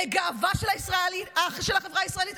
לגאווה של החברה הישראלית,